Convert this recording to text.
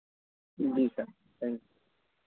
ji sir thanks